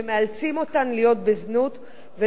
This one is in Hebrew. שמאלצים אותן להיות בזנות.